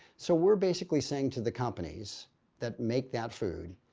so we're basically saying to the companies that make that food,